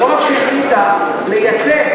לא רק שהחליטה לייצא,